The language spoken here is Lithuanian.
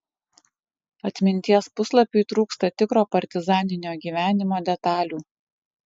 atminties puslapiui trūksta tikro partizaninio gyvenimo detalių